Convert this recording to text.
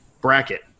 bracket